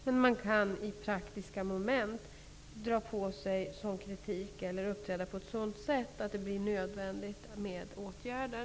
De studerande kan emellertid i praktiska moment dra på sig sådan kritik eller uppträda på ett sådant sätt att det blir nödvändigt med åtgärder.